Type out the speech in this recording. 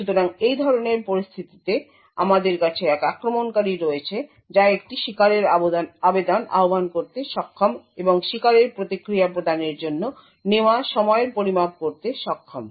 সুতরাং এই ধরনের পরিস্থিতিতে আমাদের কাছে এক আক্রমণকারী রয়েছে যা একটি শিকারের আবেদন আহ্বান করতে সক্ষম এবং শিকারের প্রতিক্রিয়া প্রদানের জন্য নেওয়া সময়ের পরিমাপ করতে সক্ষম